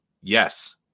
yes